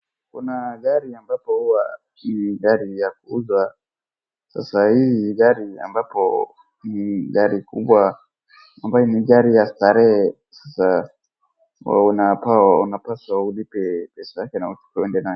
Kuna gari ambapo huwa ni gari ya kuuzwa, sasa hii gari ni ambapo ni gari kubwa, ambayo ni gari ya starehe unapaswa ulipe pesa yake na uende nayo.